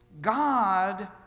God